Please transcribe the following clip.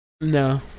No